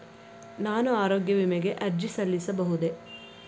ನಾನು ಆರೋಗ್ಯ ವಿಮೆಗೆ ಅರ್ಜಿ ಸಲ್ಲಿಸಬಹುದೇ?